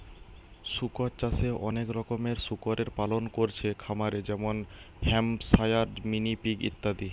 শুকর চাষে অনেক রকমের শুকরের পালন কোরছে খামারে যেমন হ্যাম্পশায়ার, মিনি পিগ ইত্যাদি